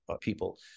people